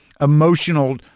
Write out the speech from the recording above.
emotional